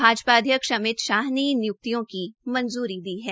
भाजपा अध्यक्ष अध्यक्ष अमित शाह ने इन नियुक्तियों की मंजूरी दी है